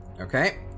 Okay